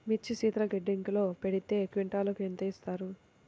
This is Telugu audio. మిర్చి శీతల గిడ్డంగిలో పెడితే క్వింటాలుకు ఎంత ఇస్తారు?